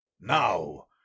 Now